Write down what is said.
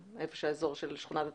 איפה שהאזור של שכונת התקווה,